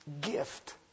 gift